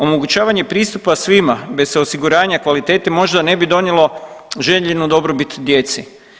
Omogućavanje pristupa svima bez osiguranja kvalitete možda ne bi donijelo željenu dobrobit djeci.